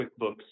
QuickBooks